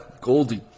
Goldie